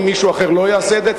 אם מישהו אחר לא יעשה את זה,